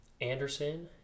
Anderson